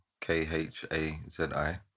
K-H-A-Z-I